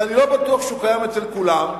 ואני לא בטוח שהוא קיים אצל כולם,